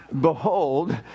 Behold